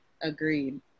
Agreed